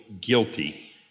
guilty